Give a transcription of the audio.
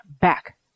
back